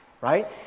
Right